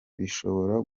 bishobora